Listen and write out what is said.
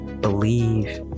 believe